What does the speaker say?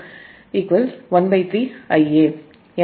எனவே Ia 3 Ia1